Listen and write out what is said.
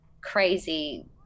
crazy